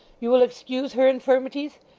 you will excuse her infirmities?